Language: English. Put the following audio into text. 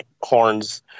horns